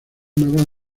naval